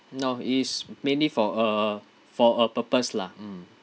no it's mainly for a for a purpose lah mm